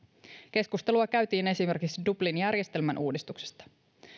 keskustelua käytiin esimerkiksi dublin järjestelmän uudistuksesta